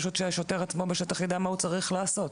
כך שהשוטר עצמו בשטח יידע מה הוא צריך לעשות.